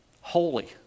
holy